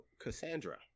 Cassandra